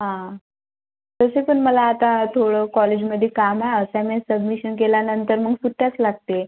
हां तसं पण मला आता थोडं कॉलेजमध्ये काम आहे असाईनमेंट सब्मिशन केल्यानंतर मग सुट्ट्याच लागते